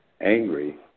angry